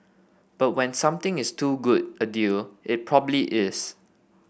but when something is too good a deal it probably is